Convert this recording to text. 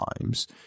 times